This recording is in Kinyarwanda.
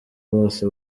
bose